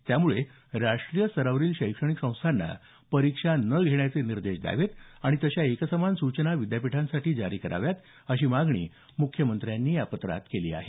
त्यामुळे राष्ट्रीय स्तरावरील शैक्षणिक संस्थांना परीक्षा न घेण्याचे निर्देश द्यावेत आणि तशा एकसमान सूचना विद्यापीठांसाठी जारी कराव्यात अशी मागणी मुख्यमंत्र्यांनी या पत्रात केली आहे